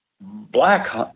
black